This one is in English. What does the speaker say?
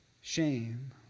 shame